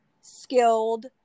skilled